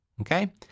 Okay